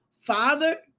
father